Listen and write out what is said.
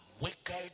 wicked